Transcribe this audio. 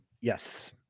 Yes